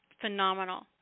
phenomenal